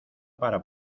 para